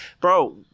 Bro